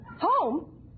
Home